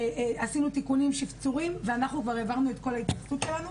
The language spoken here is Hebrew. עשינו תיקונים ושפצורים ואנחנו כבר העברנו את כל ההתייחסות שלנו.